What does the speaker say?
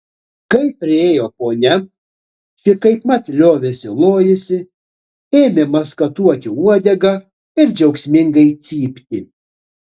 kai priėjo ponia ši kaipmat liovėsi lojusi ėmė maskatuoti uodegą ir džiaugsmingai cypti